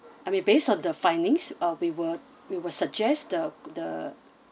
I mean based on the findings uh we will we will suggest the the